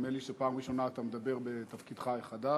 נדמה לי שזו הפעם הראשונה שאתה מדבר בתפקידך החדש.